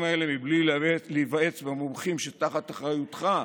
האלה בלי להיוועץ במומחים שתחת אחריותך,